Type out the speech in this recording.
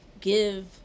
give